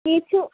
কিছু